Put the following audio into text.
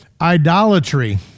idolatry